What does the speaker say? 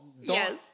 Yes